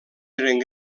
eren